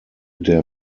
der